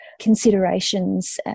considerations